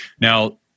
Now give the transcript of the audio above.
Now